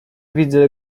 widzę